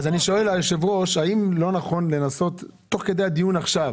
אני שואל את היושב-ראש: האם לא נכון לנסות תוך כדי הדיון עכשיו,